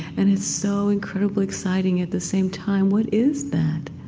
and it's so incredibly exciting at the same time. what is that?